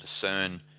discern